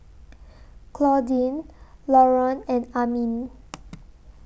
Claudine Laron and Amin